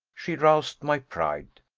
she roused my pride,